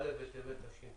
א' בטבת התשפ"א.